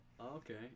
Okay